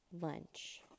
lunch